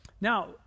Now